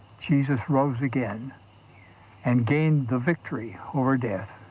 jesus rose again and gained the victory over death.